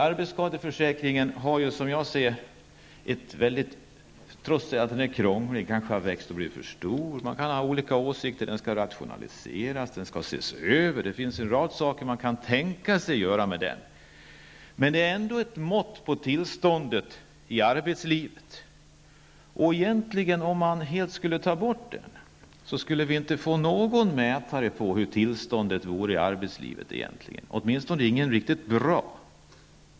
Arbetsskadeförsäkringen är trots att den kanske har blivit för krånglig -- man kan tänka sig att se över den, rationalisera den eller göra en rad andra åtgärder -- ändå ett mått på tillståndet inom arbetslivet. Om den helt skulle tas bort, hade vi ingen mätare på tillståndet inom arbetslivet -- åtminstone ingen riktigt bra.